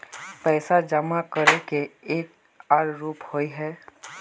पैसा जमा करे के एक आर रूप होय है?